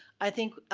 i think, ah